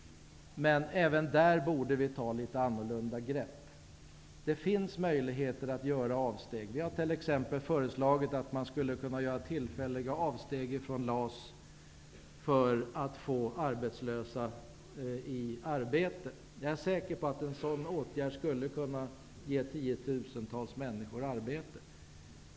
Men även där borde det tas litet annorlunda grepp. Vi har t.ex. föreslagit att man skulle kunna göra tillfälliga avsteg från LAS för att få arbetslösa i arbete. Jag är säker på att en sådan åtgärd skulle kunna ge tiotusentals människor arbete.